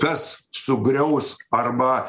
kas sugriaus arba